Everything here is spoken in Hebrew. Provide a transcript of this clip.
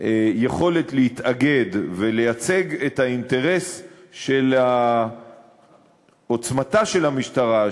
יכולת להתאגד ולייצג את האינטרס של עוצמתה של המשטרה,